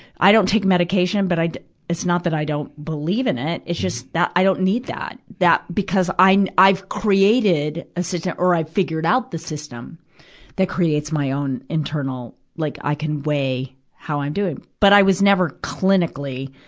i don't take medication, but i it's not that i don't believe in it. it's just, i don't need that, that, because i'm, i've created a syst, and or i've figured out the system that creates my own internal, like, i can weigh how i'm doing. but i was never clinically,